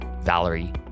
Valerie